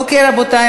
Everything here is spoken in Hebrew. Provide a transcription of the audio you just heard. רבותי,